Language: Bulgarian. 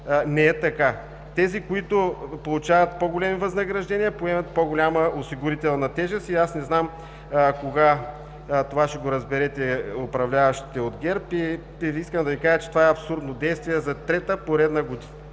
не е така. Тези, които получават по-големи възнаграждения, поемат по-голяма осигурителна тежест и аз не знам кога това ще го разберете, управляващите от ГЕРБ. Искам да Ви кажа, че това е абсурдно действие – за трета поредна година